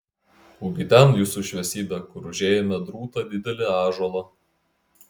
ugi ten jūsų šviesybe kur užėjome drūtą didelį ąžuolą